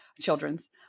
Children's